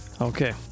Okay